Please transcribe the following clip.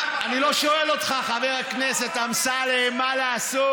אני לא שואל אותך, חבר הכנסת אמסלם, מה לעשות.